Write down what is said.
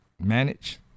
manage